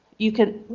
you can